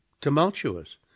tumultuous